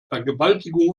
vergewaltigung